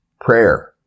Prayer